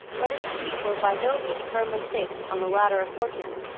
but his feet were by no means firmly fixed on the ladder of fortune.